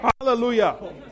Hallelujah